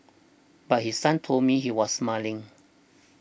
but his son told me he was smiling